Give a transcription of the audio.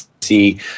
see